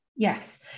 Yes